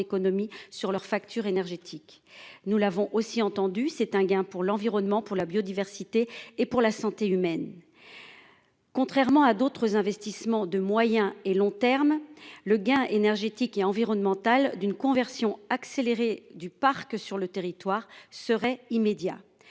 sur leur facture énergétique. Nous l'avons aussi entendu c'est un gain pour l'environnement pour la biodiversité et pour la santé humaine. Contrairement à d'autres investissements de moyen et long terme. Le gain énergétique et environnementale d'une conversion accélérée du parc sur le territoire serait immédiat.